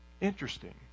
Interesting